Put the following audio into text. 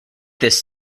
this